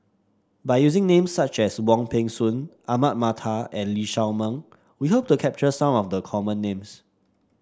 by using names such as Wong Peng Soon Ahmad Mattar and Lee Shao Meng we hope to capture some of the common names